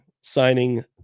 signing